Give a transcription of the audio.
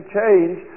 change